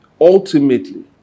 ultimately